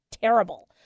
terrible